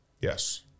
Yes